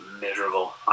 miserable